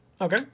Okay